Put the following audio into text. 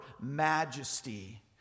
majesty